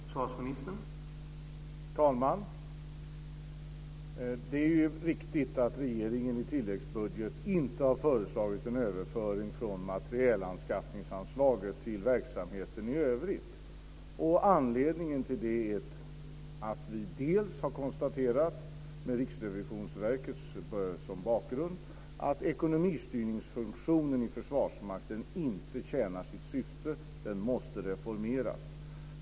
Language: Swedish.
Herr talman! Det är riktigt att regeringen i tilläggsbudget inte har föreslagit en överföring från materielanskaffningsanslaget till verksamheten i övrigt. Anledningen till det är att vi har konstaterat, med Riksrevisionsverket som bakgrund, att ekonomistyrningsfunktionen i Försvarsmakten inte tjänar sitt syfte och att den måste reformeras.